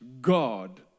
God